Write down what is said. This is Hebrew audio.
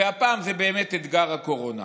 והפעם זה באמת אתגר הקורונה.